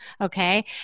Okay